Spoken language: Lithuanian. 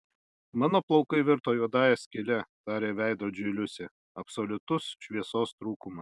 mano plaukai virto juodąja skyle tarė veidrodžiui liusė absoliutus šviesos trūkumas